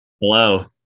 hello